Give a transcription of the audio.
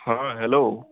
হ্যাঁ হ্যালো